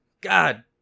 God